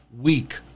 week